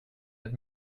het